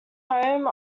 home